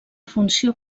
funció